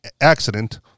accident